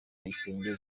tuyisenge